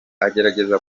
agerageza